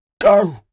go